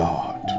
God